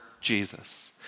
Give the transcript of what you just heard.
Jesus